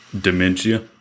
Dementia